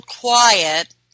quiet